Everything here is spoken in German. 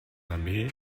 armee